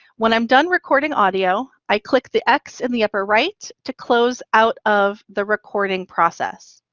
when i'm done recording audio, i click the x in the upper right to close out of the recording process.